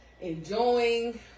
enjoying